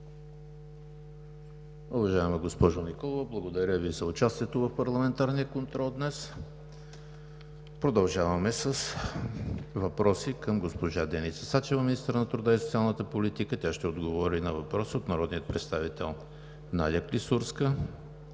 Уважаема госпожо Николова, благодаря Ви за участието в парламентарния контрол днес. Продължаваме с въпроси към госпожа Деница Сачева – министър на труда и социалната политика. Тя ще отговори на въпрос от народните представители Надя Клисурска